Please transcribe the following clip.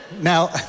Now